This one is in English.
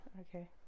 Okay